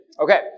Okay